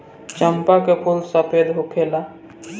चंपा के फूल सफेद होखेला